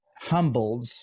humbled